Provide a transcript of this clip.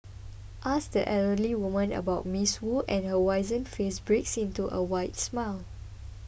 ask the elderly woman about Ms Wu and her wizened face breaks into a wide smile